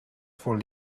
voor